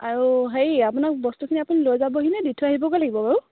আৰু হেৰি আপোনাক বস্তুখিনি আপুনি লৈ যাবহি নে দি থৈ আহিবগৈ লাগিব বাৰু